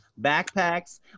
Backpacks